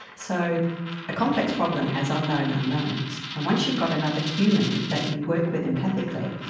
so a complex problem has unknown unknowns, and once you got another human that you work with empathically,